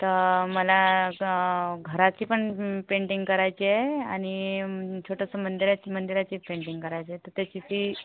तर मला कं घराची पेंटिंग करायची आहे आणि छोटंसं मंदिरा मंदिराची पेंटिंग करायचं आहे तर त्याची फी